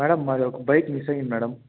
madam మాది ఒక bike miss అయింది మేడం